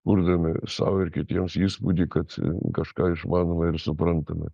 kurdami sau ir kitiems įspūdį kad kažką išmanome ir suprantame